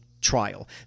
trial